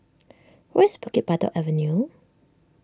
where is Bukit Batok Avenue